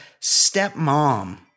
stepmom